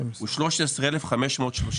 הוא 13,530 ש"ח,